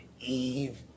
Eve